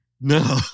No